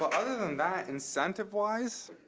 other than that incentive wise,